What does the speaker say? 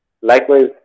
Likewise